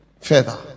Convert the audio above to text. further